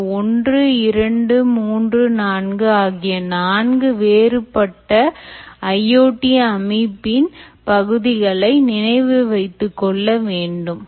இந்த 12 3 4 ஆகிய 4 வேறுபட்ட IoT கட்டமைப்பின் பகுதிகளை நினைவு வைத்துக்கொள்ள வேண்டும்